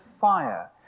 fire